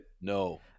no